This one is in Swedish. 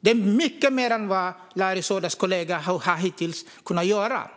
Det är mycket mer än Larry Söders kollega hittills har kunnat göra.